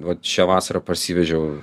vat šią vasarą parsivežiau